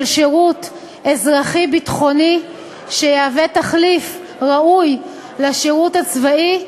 שירות אזרחי-ביטחוני שיהווה תחליף ראוי לשירות הצבאי,